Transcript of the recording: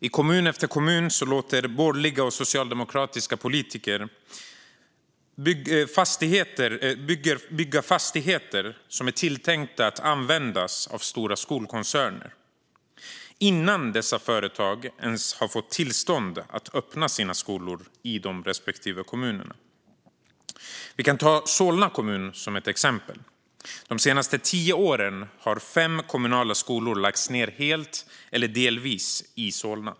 I kommun efter kommun låter borgerliga och socialdemokratiska politiker bygga fastigheter som är tänkta att användas av stora skolkoncerner innan dessa företag ens har fått tillstånd att öppna sina skolor i respektive kommun. Vi kan ta Solna kommun som exempel. De senaste tio åren har fem kommunala skolor i Solna lagts ned helt eller delvis.